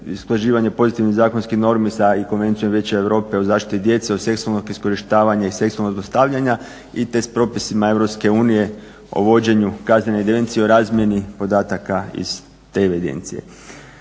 istraživanje pozitivnih zakonskih normi … i Konvencijom Vijeća Europe o zaštiti djece o seksualnog iskorištavanja i seksualnog zlostavljanja te s propisima Europske unije o vođenju kaznene evidencije, o razmjeni podataka iz te evidencije.